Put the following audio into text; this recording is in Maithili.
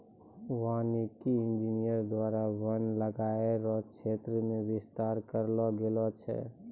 वानिकी इंजीनियर द्वारा वन लगाय रो क्षेत्र मे बिस्तार करलो गेलो छै